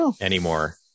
anymore